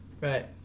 Right